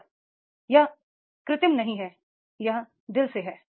और यह कृत्रिम नहीं है यह दिल से है